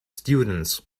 students